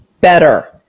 better